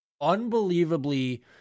unbelievably